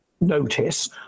notice